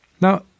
Now